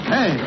Hey